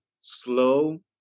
slow